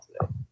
today